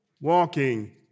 walking